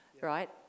right